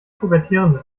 pubertierende